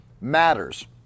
matters